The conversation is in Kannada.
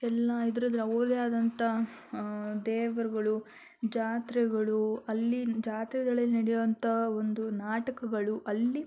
ಎಲ್ಲ ಇದ್ರದ್ದು ಅವ್ರದ್ದೇ ಆದಂಥ ದೇವ್ರುಗಳು ಜಾತ್ರೆಗಳು ಅಲ್ಲಿನ ಜಾತ್ರೆಗಳಲ್ಲಿ ನಡೆಯೋ ಅಂಥ ಒಂದು ನಾಟಕಗಳು ಅಲ್ಲಿ